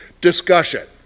discussion